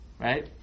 Right